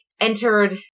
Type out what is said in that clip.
entered